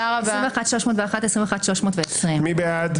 21,461 עד 21,480. מי בעד?